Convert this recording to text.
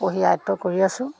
পঢ়ি আয়ত্ব কৰি আছোঁ